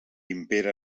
impera